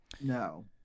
No